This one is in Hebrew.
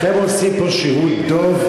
אתם עושים פה שירות דוב,